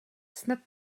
snad